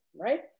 right